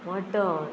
वांटण